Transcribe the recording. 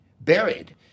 buried